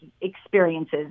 experiences